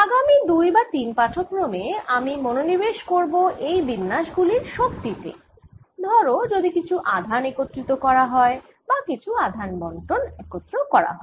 আগামি 2 বা 3 পাঠক্রমে আমি মনোনিবেশ করব এই বিন্যাস গুলির শক্তি তে ধরো যদি কিছু আধান একত্রিত করা হয় বা কিছু আধান বণ্টন একত্র করা হয়